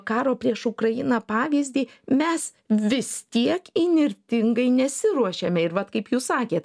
karo prieš ukrainą pavyzdį mes vis tiek įnirtingai nesiruošiame ir vat kaip jūs sakėt